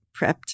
prepped